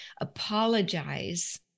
apologize